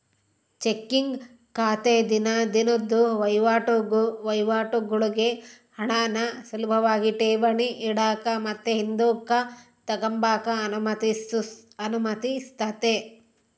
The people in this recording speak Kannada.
ಚೆಕ್ಕಿಂಗ್ ಖಾತೆ ದಿನ ದಿನುದ್ ವಹಿವಾಟುಗುಳ್ಗೆ ಹಣಾನ ಸುಲುಭಾಗಿ ಠೇವಣಿ ಇಡಾಕ ಮತ್ತೆ ಹಿಂದುಕ್ ತಗಂಬಕ ಅನುಮತಿಸ್ತತೆ